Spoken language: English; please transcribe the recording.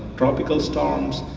tropical storms,